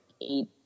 eight